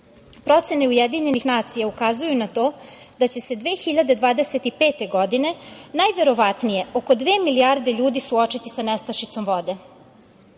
procene UN ukazuju na to da će se 2025. godine najverovatnije oko dve milijarde ljudi suočiti sa nestašicom vode.